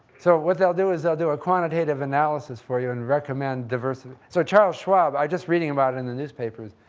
so what they'll do is, they'll do a quantitative analysis for you and recommend diversification. so charles schwab, i was just reading about it in the newspapers,